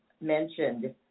mentioned